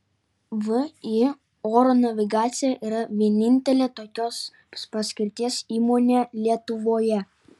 vį oro navigacija yra vienintelė tokios paskirties įmonė lietuvoje